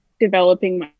developing